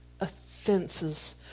offenses